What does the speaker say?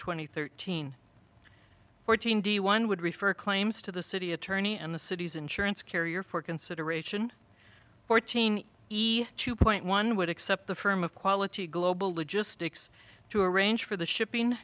and thirteen fourteen d one would refer claims to the city attorney and the city's insurance carrier for consideration fourteen iii two point one would accept the firm of quality global logistics to arrange for the shipping